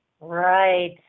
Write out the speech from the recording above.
Right